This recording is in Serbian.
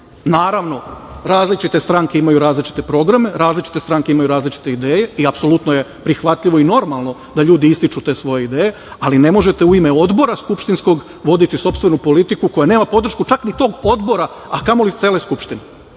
Naravno, različite stranke imaju različite programe, različite stranke imaju različite ideje i apsolutno je prihvatljivo i normalno da ljudi ističu te svoje ideje, ali ne možete u ime odbora skupštinskog voditi sopstvenu politiku koja nema podršku čak ni tog odbora, a kamoli cele Skupštine.